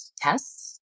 tests